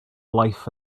life